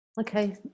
Okay